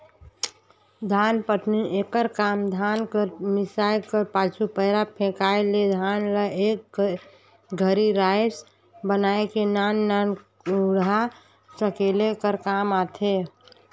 धानपटनी एकर काम धान कर मिसाए कर पाछू, पैरा फेकाए ले धान ल एक घरी राएस बनाए के नान नान कूढ़ा सकेले कर काम आथे